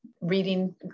reading